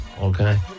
Okay